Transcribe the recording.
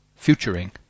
futuring